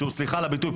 וסליחה על הביטוי,